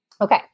Okay